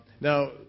Now